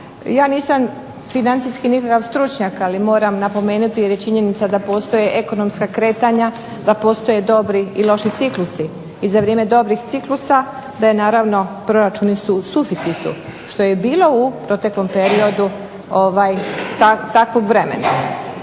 Ja nisam financijski nikakav stručnjak ali moram napomenuti jer je činjenica da postoje ekonomska kretanja, da postoje dobri i loši ciklusi. I za vrijeme dobrih ciklusa da naravno proračuni su u suficitu što je bilo u proteklom periodu takvog vremena.